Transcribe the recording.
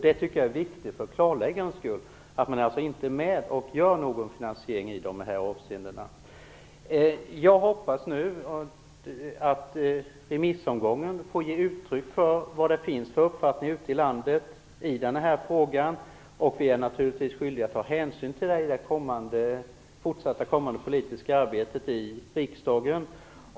Det tycker jag är viktigt för klarläggandets skull att man inte är med och gör någon finansiering i dessa avseenden. Jag hoppas nu att remissomgången får ge uttryck för vilka uppfattningar som finns ute i landet i den här frågan. Vi är naturligtvis skyldiga att ta hänsyn till det i det fortsatta politiska arbetet i riksdagen.